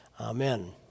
Amen